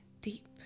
deep